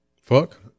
Fuck